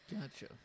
Gotcha